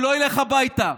הוא לא ילך הביתה.